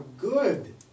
good